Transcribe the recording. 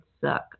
suck